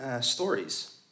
stories